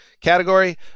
category